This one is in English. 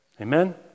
Amen